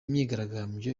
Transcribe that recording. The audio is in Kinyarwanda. myigaragambyo